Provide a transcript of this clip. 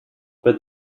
but